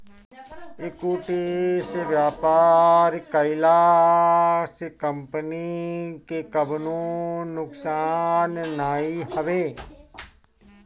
equity से व्यापार कईला से कंपनी के कवनो नुकसान नाइ हवे